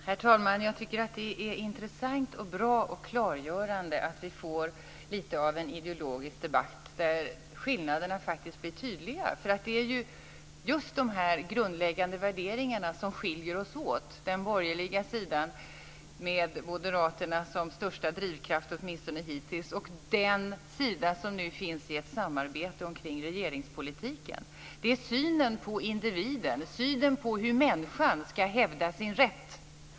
Herr talman! Jag tycker att det är intressant, bra och klargörande att vi får lite av en ideologisk debatt där skillnaderna faktiskt blir tydliga. Det är ju just dessa grundläggande värderingar som skiljer oss åt - den borgerliga sidan med Moderaterna som största drivkraft, åtminstone hittills, och den sida som nu finns i samarbetet omkring regeringspolitiken. Det är synen på individen, synen på hur människan ska hävda sin rätt.